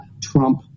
Trump